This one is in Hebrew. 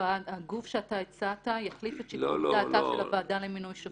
שהגוף שהצעת יחליף את שיקול דעתה של הוועדה למינוי שופטים?